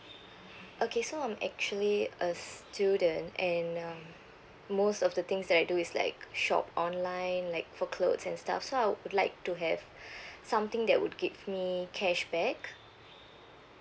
okay so I'm actually a student and um most of the things that I do is like shop online like for clothes and stuff so I would like to have something that would give me cashback